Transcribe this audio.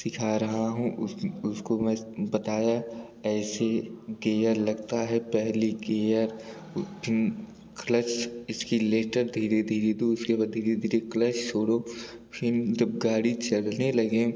सिखा रहा हूँ उस उसको मैं बताया ऐसे गेयर लगता है पहली गेयर क्लच एस्किलेटर धीरे धीरे दो उसके बाद धीरे धीरे क्लच छोड़ो फ़िर जब गाड़ी चलने लगे